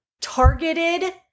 targeted